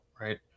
right